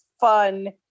fun